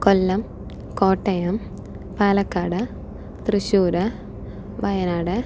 Kollam Kottayam Palakkad Thrissur Wayanad